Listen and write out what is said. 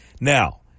Now